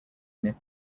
nip